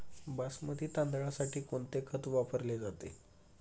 बासमती तांदळासाठी कोणते खत वापरले जाते?